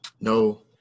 No